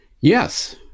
Yes